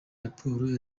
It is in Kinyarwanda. raporo